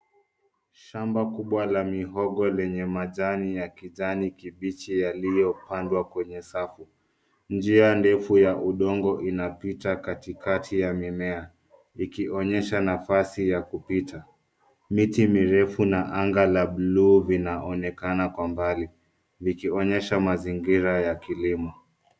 Shamba kubwa la mihogo lenye majani ya kijani kibichi yaliyopandwa kwenye safu. Njia ndefu ya udongo inapita katikati ya mimea, ikionyesha nafasi ya kupita. Miti mirefu na anga la buluu vinaonekana kwa mbali vikionyesha mazingira ya kilimo.